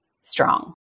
strong